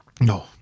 no